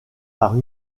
par